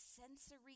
sensory